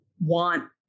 want